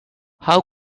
how